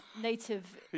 Native